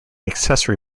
accessory